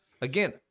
again